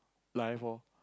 life loh